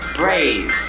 brave